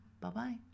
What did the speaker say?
bye-bye